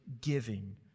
giving